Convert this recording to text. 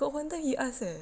got one time he ask eh